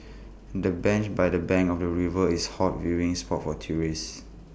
the bench by the bank of your river is hot viewing spot for tourists